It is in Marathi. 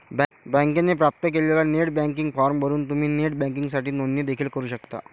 बँकेने प्राप्त केलेला नेट बँकिंग फॉर्म भरून तुम्ही नेट बँकिंगसाठी नोंदणी देखील करू शकता